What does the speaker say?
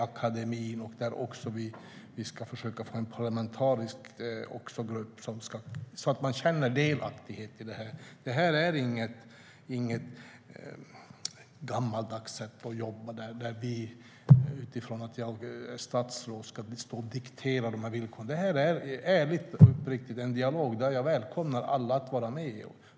Vi ska även försöka få en parlamentarisk grupp, så att man känner delaktighet. Det här är inget gammaldags sätt att jobba där statsråd ska stå och diktera villkoren. Det är ärligt och uppriktigt en dialog där jag välkomnar alla att vara med.